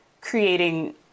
creating